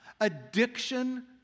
Addiction